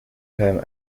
time